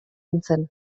nintzen